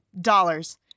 dollars